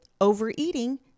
overeating